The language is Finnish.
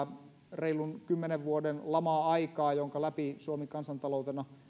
reilun kymmenen vuoden lama aikaa jonka läpi suomi kansantaloutena